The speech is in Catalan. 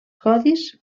codis